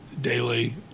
daily